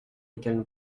lesquelles